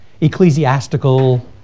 ecclesiastical